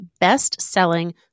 best-selling